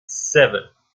seven